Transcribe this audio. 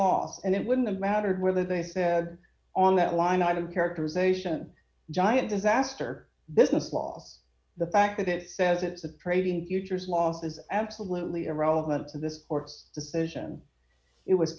loss and it wouldn't have mattered whether they said on that line item characterization giant disaster business loss the fact that it says it's approaching futures lost is absolutely irrelevant to this court's decision it was